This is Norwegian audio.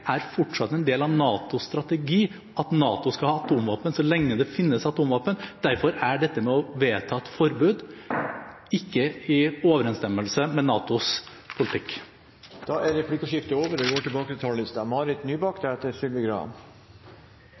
er fortsatt en del av NATOs strategi at NATO skal ha atomvåpen så lenge det finnes atomvåpen. Derfor er det å vedta et forbud ikke i overensstemmelse med NATOs politikk. Replikkordskiftet er omme. Jeg